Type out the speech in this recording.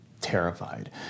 terrified